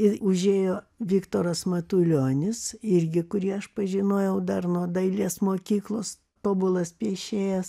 ir užėjo viktoras matulionis irgi kurį aš pažinojau dar nuo dailės mokyklos tobulas piešėjas